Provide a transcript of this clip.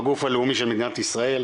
הגוף הלאומי של מדינת ישראל,